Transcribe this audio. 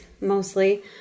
mostly